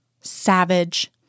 savage